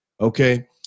okay